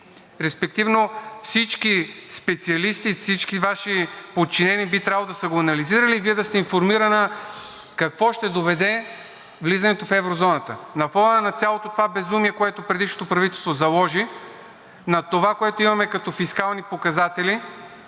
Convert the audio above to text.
респективно всички специалисти, всички Ваши подчинени би трябвало да са го анализирали и Вие да сте информирана до какво ще доведе влизането в еврозоната. На фона на цялото това безумие, което предишното правителство заложи, на това, което имаме като фискални показатели,